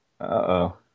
Uh-oh